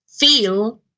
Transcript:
Feel